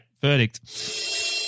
verdict